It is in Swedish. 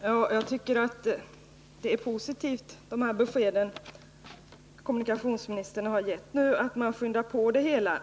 Herr talman! Jag tycker att de besked som kommunikationsministern nu har givit är positiva.